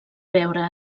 veure